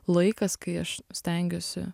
laikas kai aš stengiuosi